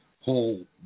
whole